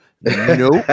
Nope